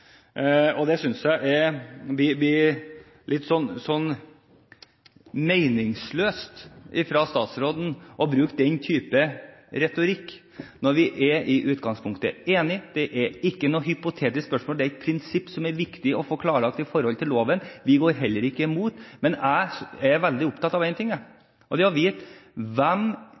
Jeg synes det blir litt meningsløst at statsråden bruker den type retorikk når vi i utgangspunktet er enige. Det er ikke et hypotetisk spørsmål. Det er et prinsipp som det er viktig å få klarlagt i forhold til loven. Vi går heller ikke imot, men jeg er veldig opptatt av én ting, og det er å få vite hvem